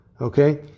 Okay